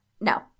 no